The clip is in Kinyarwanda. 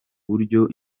buryo